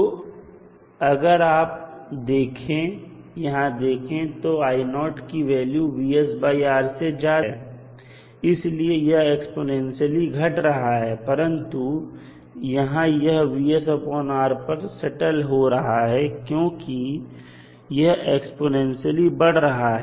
तो अगर आप यहां देखें तो की वैल्यू से ज्यादा है इसलिए यह एक्स्पोनेंशियलई घट रहा है परंतु यहां यह पर सेटल हो रहा है क्योंकि यह एक्स्पोनेंशियलई बढ़ रहा है